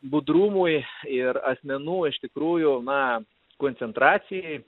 budrumui ir asmenų iš tikrųjų na koncentracijai